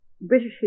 British